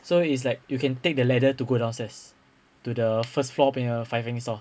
so it's like you can take the ladder to go downstairs to the first floor punya fire fighting store